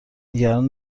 نگران